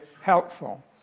helpful